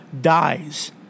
dies